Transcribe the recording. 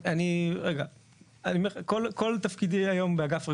אני אומר לך, כל תפקידי היום באגף רגולציה,